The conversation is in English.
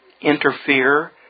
interfere